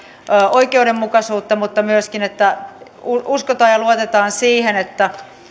oikeudenmukaisuutta mutta myöskin että uskotaan ja luotetaan siihen että